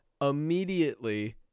immediately